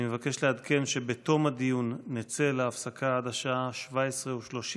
אני מבקש לעדכן שבתום הדיון נצא להפסקה עד השעה 17:30,